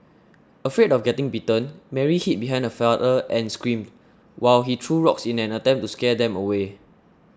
afraid of getting bitten Mary hid behind her father and screamed while he threw rocks in an attempt to scare them away